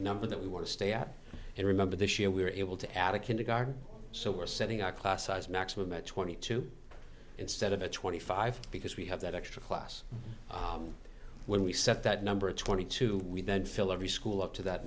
number that we want to stay at and remember this year we were able to add a kindergarten so we're setting our class size maximum at twenty two instead of a twenty five because we have that extra class when we set that number twenty two we then fill every school up to that